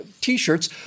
t-shirts